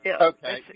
Okay